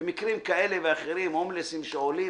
במקרים כאלה ואחרים, הומלסים שעולים